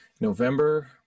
November